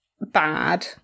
bad